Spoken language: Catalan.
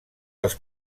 dels